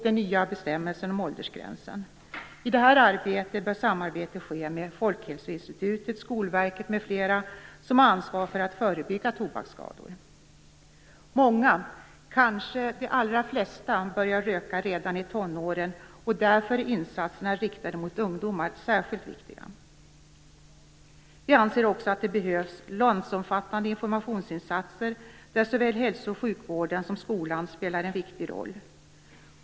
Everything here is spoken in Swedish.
det här arbetet bör samarbete ske med Folkhälsoinstitutet, Skolverket m.fl. som har ansvar för att förebygga tobaksskador. Många, kanske de allra flesta, börjar röka redan i tonåren. Därför är insatser riktade mot ungdomar särskilt viktiga. Vi anser också att det behövs landsomfattande informationsinsatser där såväl hälso och sjukvården som skolan spelar en viktig roll.